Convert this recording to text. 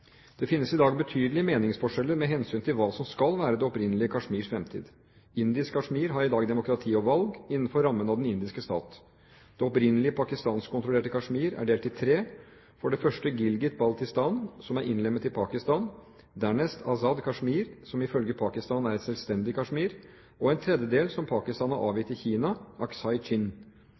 Det finnes i dag betydelige meningsforskjeller med hensyn til hva som skal være det opprinnelige Kashmirs fremtid. Indisk Kashmir har i dag demokrati og valg, innenfor rammen av den indiske stat. Det opprinnelige pakistanskkontrollerte Kashmir er imidlertid delt i tre: for det første Gilgit-Baltistan, som er innlemmet i Pakistan, dernest Azad Kashmir, som ifølge Pakistan er et selvstendig Kashmir, og en tredje del, som Pakistan har avgitt til Kina,